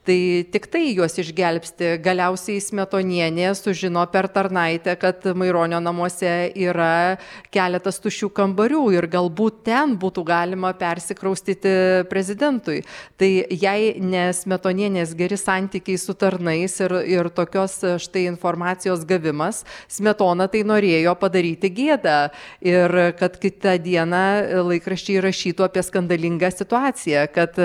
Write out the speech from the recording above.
tai tik tai juos išgelbsti galiausiai smetonienė sužino per tarnaitę kad maironio namuose yra keletas tuščių kambarių ir galbūt ten būtų galima persikraustyti prezidentui tai jei ne smetonienės geri santykiai su tarnais ir ir tokios štai informacijos gavimas smetona tai norėjo padaryti gėdą ir kad kitą dieną laikraščiai rašytų apie skandalingą situaciją kad